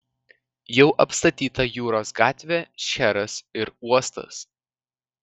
jau apstatyta jūros gatvė šcheras ir uostas